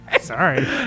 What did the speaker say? Sorry